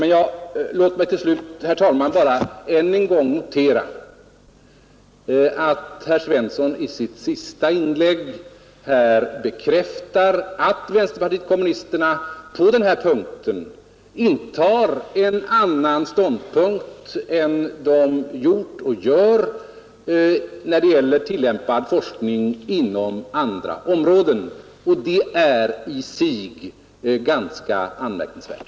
Slutligen noterar jag, herr talman, att herr Svensson i sitt senaste inlägg bekräftade att vänsterpartiet kommunisterna på denna punkt intar en annan ståndpunkt än partiet gjort och gör när det gäller tillämpad forskning inom andra områden. Och det är i sig ganska anmärkningsvärt.